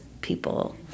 people